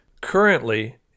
Currently